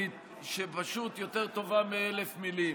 שפשוט יותר טובה מאלף מילים.